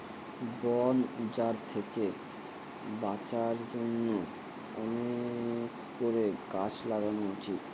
বন উজাড় থেকে বাঁচার জন্য অনেক করে গাছ লাগানো উচিত